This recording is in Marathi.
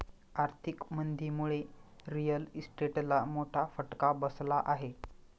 आर्थिक मंदीमुळे रिअल इस्टेटला मोठा फटका बसला आहे